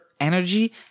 energy